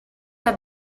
are